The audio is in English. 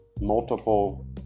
multiple